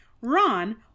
Ron